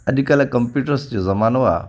अॼु कल्ह कमप्यूटर्स जो ज़मानो आहे